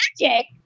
magic